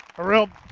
arel